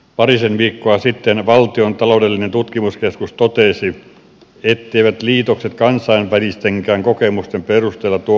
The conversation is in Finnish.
parisen viikkoa sitten valtion taloudellinen tutkimuskeskus totesi etteivät liitokset kansainvälistenkään kokemusten perusteella tuo oikotietä säästöihin